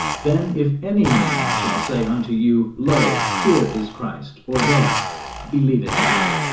then if any man shall say unto you, lo, here is christ, or there believe it not.